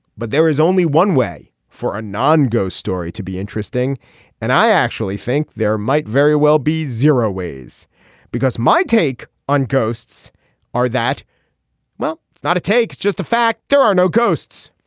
but there is only one way for a non ghost story to be interesting and i actually think there might very well be zero ways because my take on ghosts are that well it's not a take just the fact there are no ghosts.